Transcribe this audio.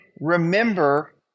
remember